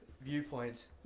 viewpoint